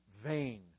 vain